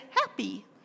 happy